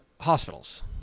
hospitals